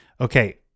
Okay